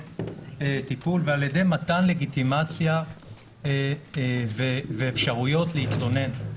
טיפול ועל ידי מתן לגיטימציה ואפשרויות להתלונן.